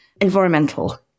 environmental